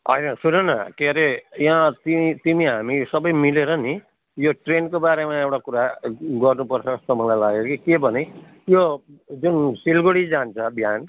होइन सुनन के अरे यहाँ तिमी तिमी हामी सबै मिलेर नि यो ट्रेनको बारेमा एउटा कुरा गर्नुपर्छ जस्तो मलाई लाग्यो कि के भने यो जुन सिलगढी जान्छ बिहान